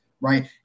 right